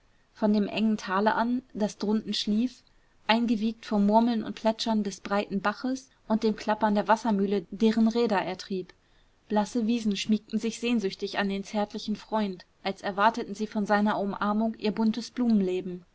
von dem engen tale an das drunten schlief eingewiegt vom murmeln und plätschern des breiten baches und dem klappern der wassermühle deren räder er trieb blasse wiesen schmiegten sich sehnsüchtig an den zärtlichen freund als erwarteten sie von seiner umarmung ihr buntes